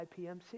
IPMC